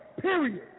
Period